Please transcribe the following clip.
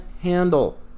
handle